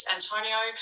Antonio